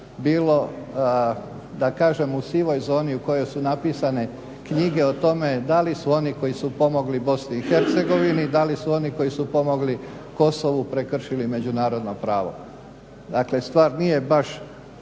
bilo da kažem u sivoj zoni u kojoj su napisane knjige o tome da li su oni koji su pomogli BiH da li su oni koji su pomogli Kosovu prekršili međunarodno pravo. Dakle stvar nije baš